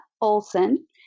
Olson